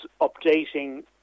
updating